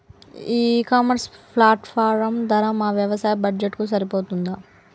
ఈ e commerce platform ధర మా వ్యవసాయ బడ్జెట్ కు సరిపోతుందా?